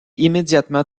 immédiatement